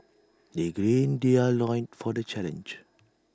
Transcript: they gird their loins for the challenge